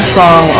song